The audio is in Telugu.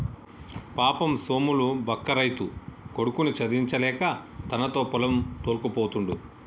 పాపం సోములు బక్క రైతు కొడుకుని చదివించలేక తనతో పొలం తోల్కపోతుండు